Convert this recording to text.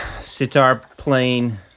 sitar-playing